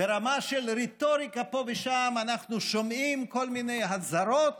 ברמה של רטוריקה פה ושם אנחנו שומעים כל מיני אזהרות